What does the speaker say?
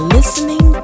listening